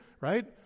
Right